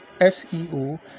SEO